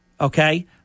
Okay